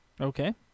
Okay